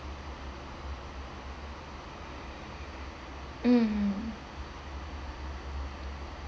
mm